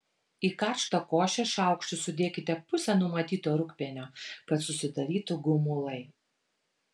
į karštą košę šaukštu sudėkite pusę numatyto rūgpienio kad susidarytų gumulai